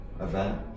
event